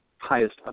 highest